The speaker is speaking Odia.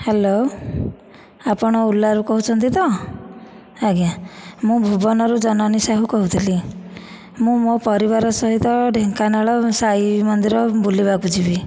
ହ୍ୟାଲୋ ଆପଣ ଓଲାରୁ କହୁଛନ୍ତି ତ ଆଜ୍ଞା ମୁଁ ଭୁବନରୁ ଜନନୀ ସାହୁ କହୁଥିଲି ମୁଁ ମୋ ପରିବାର ସହିତ ଢେଙ୍କାନାଳ ସାଇ ମନ୍ଦିର ବୁଲିବାକୁ ଯିବି